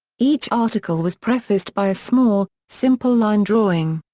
each article was prefaced by a small, simple line drawing.